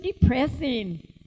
depressing